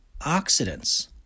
oxidants